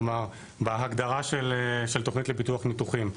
כלומר, בהגדרה של תוכנית לביטוח ניתוחים.